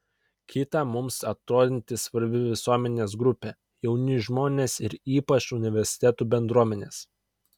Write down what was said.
kita mums atrodanti svarbi visuomenės grupė jauni žmonės ir ypač universitetų bendruomenės